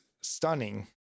stunning